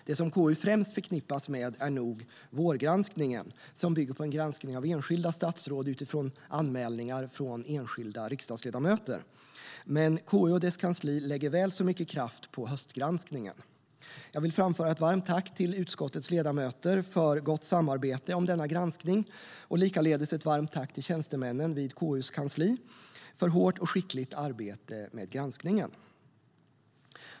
Det som KU främst förknippas med är nog vårgranskningen, som bygger på en granskning av enskilda statsråd utifrån anmälningar från enskilda riksdagsledamöter. Men KU och dess kansli lägger väl så mycket kraft på höstgranskningen. Jag vill framföra ett varmt tack till utskottets ledamöter för gott samarbete om denna granskning och likaledes ett varmt tack till tjänstemännen vid KU:s kansli för hårt och skickligt arbete med granskningen.